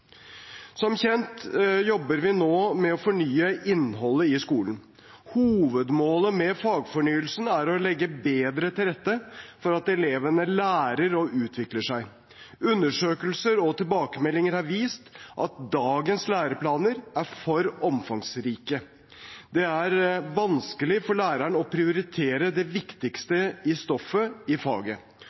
Hovedmålet med fagfornyelsen er å legge bedre til rette for at elevene lærer og utvikler seg. Undersøkelser og tilbakemeldinger har vist at dagens læreplaner er for omfangsrike. Det er vanskelig for lærerne å prioritere det viktigste stoffet i faget,